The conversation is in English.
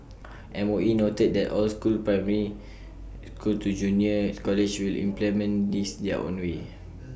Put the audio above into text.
mOE noted that all schools from primary schools to junior colleges will implement this their own way